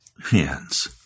hands